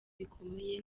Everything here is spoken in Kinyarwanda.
bikomeye